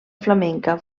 flamenca